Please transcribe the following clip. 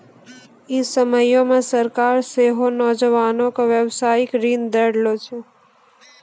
इ समयो मे सरकारें सेहो नौजवानो के व्यवसायिक ऋण दै रहलो छै